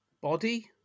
body